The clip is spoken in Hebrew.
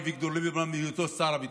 על ידי אביגדור ליברמן בהיותו שר הביטחון.